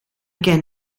gen